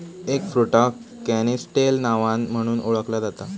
एगफ्रुटाक canistel नावान म्हणुन ओळखला जाता